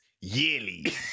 yearly